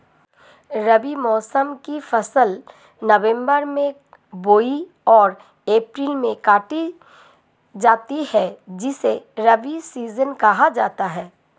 रबी मौसम की फसल नवंबर में बोई और अप्रैल में काटी जाती है जिसे रबी सीजन कहा जाता है